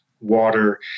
water